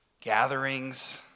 Gatherings